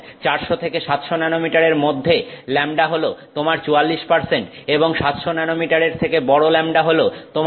400 থেকে 700 ন্যানোমিটারের এর মধ্যে ল্যাম্বডা হল তোমার 44 এবং 700 ন্যানোমিটারের থেকে বড় ল্যাম্বডা হল তোমার 53